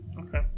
okay